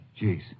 Jeez